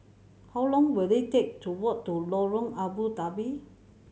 how long will it take to walk to Lorong Abu Talib